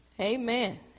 Amen